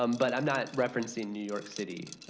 um but i'm not referencing new york city.